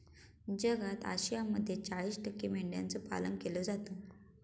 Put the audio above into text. जगात आशियामध्ये चाळीस टक्के मेंढ्यांचं पालन केलं जातं